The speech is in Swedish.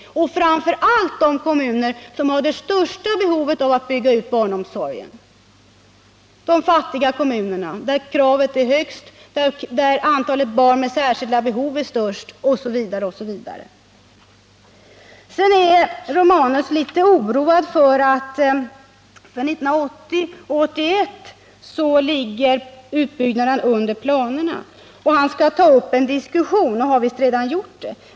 Framför allt är situationen besvärlig för de kommuner som har det största behovet av att bygga ut barnomsorgen — de fattiga kommunerna, där kravet är störst, där antalet barn med särskilda behov är störst osv. Gabriel Romanus är litet oroad över att för 1980 och 1981 ligger utbyggnaden under planerna. Han skall ta upp en diskussion, säger han, och har visst redan gjort det.